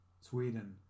Sweden